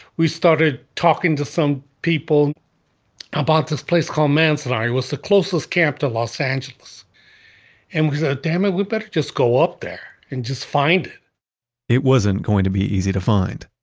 we started talking to some people about this place called manzanar. it was the closest camp to los angeles and we said, dammit, we better just go up there and just find it it wasn't going to be easy to find.